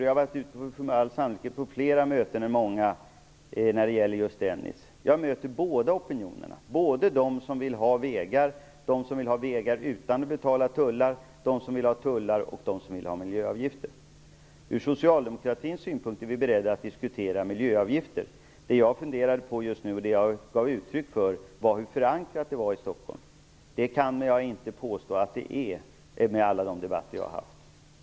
Jag har med all sannolikhet varit ute på fler möten om Dennispaketet än många andra. Jag möter där företrädare för olika opinioner, jag möter dem som vill ha vägar, dem som vill ha vägar utan att betala tullar, dem som vill ha tullar och dem som vill ha miljöavgifter. Ur socialdemokratins synpunkt är vi beredda att diskutera miljöavgifter. Det jag funderar på och gav uttryck för var hur förankrat det är i Stockholm. Jag kan inte påstå att det är förankrat, efter alla de debatter jag har haft.